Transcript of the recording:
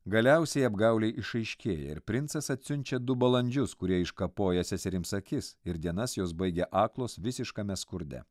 galiausiai apgaulė išaiškėja ir princas atsiunčia du balandžius kurie iškapoja seserims akis ir dienas jos baigia aklos visiškame skurde